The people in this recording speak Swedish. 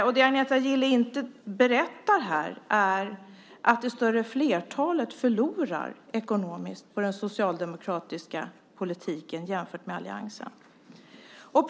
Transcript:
Det som Agneta Gille inte berättar här är att det större flertalet förlorar ekonomiskt på den socialdemokratiska politiken jämfört med alliansens politik.